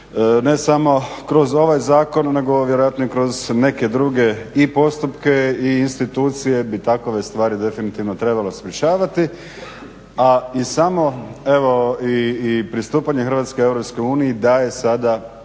ne samo kroz ovaj zakon nego vjerojatno i kroz neke druge i postupke i institucije bi takve stvari definitivno trebalo sprječavati, a i samo, evo i pristupanje Hrvatske EU daje sada